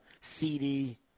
CD